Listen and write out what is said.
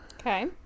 okay